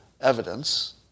evidence